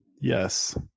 Yes